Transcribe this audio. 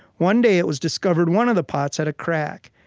one day, it was discovered one of the pots had a crack,